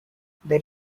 there